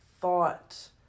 thought